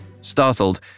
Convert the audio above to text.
Startled